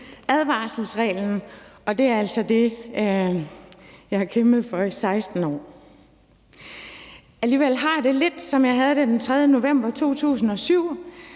advarselsreglen. Det er altså det, jeg har kæmpet for i 16 år. Alligevel har jeg det lidt, som jeg havde det den 3. november 2007.